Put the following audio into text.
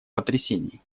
потрясений